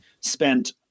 spent